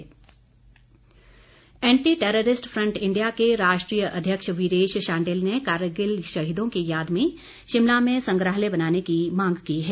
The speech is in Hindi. सुझाव एंटी टैरेरिस्ट फ्रंट इंडिया के राष्ट्रीय अध्यक्ष वीरेश शांडिल्य ने कारगिल शहीदों की याद में शिमला में संग्रहालय बनाने की मांग की है